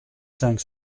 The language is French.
cinq